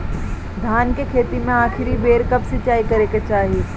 धान के खेती मे आखिरी बेर कब सिचाई करे के चाही?